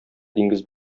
диңгез